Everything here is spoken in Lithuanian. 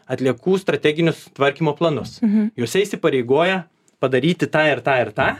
atliekų strateginius tvarkymo planus juose įsipareigoja padaryti tą ir tą ir tą